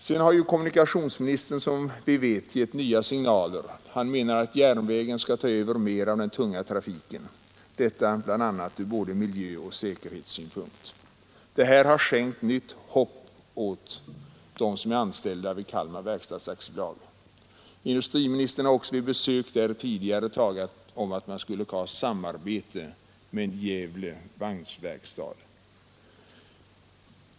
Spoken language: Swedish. Vidare har kommunikationsministern som bekant givit nya signaler. Han menar att järnvägen skall ta över mera av den tunga trafiken med hänsyn till bl.a. både miljöoch säkerhetssynpunkter. Detta har skänkt nytt hopp åt de anställda vid Kalmar verkstads AB. Industriministern har också vid besök där tidigare talat om att man skulle satsa på samarbete med AB Gävle vagnverkstad.